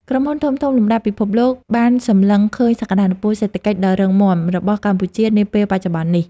ក្រុមហ៊ុនធំៗលំដាប់ពិភពលោកបានសម្លឹងឃើញសក្តានុពលសេដ្ឋកិច្ចដ៏រឹងមាំរបស់កម្ពុជានាពេលបច្ចុប្បន្ននេះ។